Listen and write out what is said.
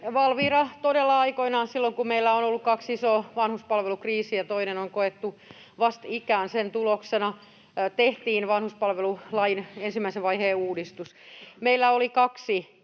Valvira todella aikoinaan, silloin kun meillä on ollut kaksi isoa vanhuspalvelukriisiä... Toinen on koettu vastikään, sen tuloksena tehtiin vanhuspalvelulain ensimmäisen vaiheen uudistus. Meillä oli kaksi